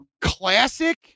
classic